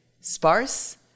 sparse